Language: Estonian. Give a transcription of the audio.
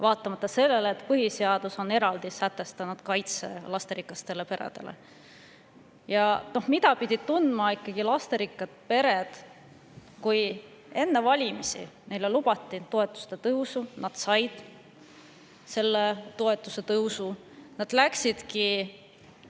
Vaatamata sellele, et põhiseadus on eraldi sätestanud kaitse lasterikastele peredele. Mida pidid tundma lasterikkad pered, kui enne valimisi lubati neile toetuste tõusu, nad said selle toetuse tõusu, nad läksidki